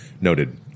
Noted